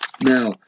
Now